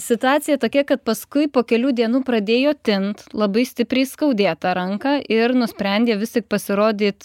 situacija tokia kad paskui po kelių dienų pradėjo tint labai stipriai skaudėt tą ranką ir nusprendė vis tik pasirodyt